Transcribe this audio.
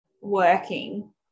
working